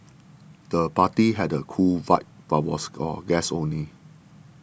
the party had a cool vibe but was for guests only